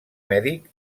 mèdic